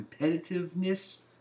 competitiveness